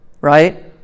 right